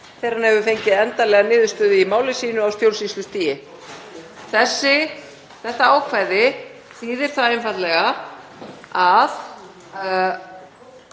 þegar hann hefur fengið endanlega niðurstöðu í máli sínu á stjórnsýslustigi.“ Þetta ákvæði þýðir einfaldlega að